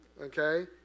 okay